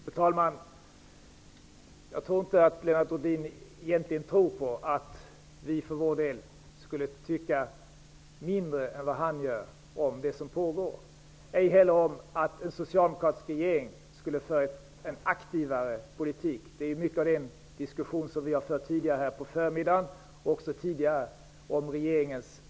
Fru talman! Jag tror inte att Lennart Rohdin menar att vi för vår del skulle tycka mer om det som pågår än vad han gör, ej heller att en socialdemokratisk regering skulle föra en mindre aktiv politik. En stor del av diskussionen om regeringens passivitet har vi fört här på förmiddagen och också i tidigare sammanhang.